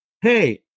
Hey